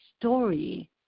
story